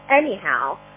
anyhow